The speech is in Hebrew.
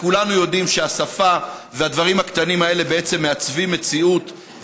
כולנו יודעים שהשפה והדברים הקטנים האלה בעצם מעצבים מציאות,